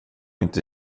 inte